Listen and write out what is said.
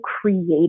creative